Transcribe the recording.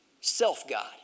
self-God